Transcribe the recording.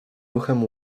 ruchem